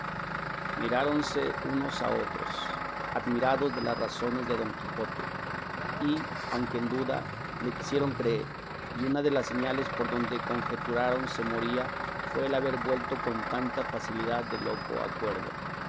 miráronse unos a otros admirados de las razones de don quijote y aunque en duda le quisieron creer y una de las señales por donde conjeturaron se moría fue el haber vuelto con tanta facilidad de loco a cuerdo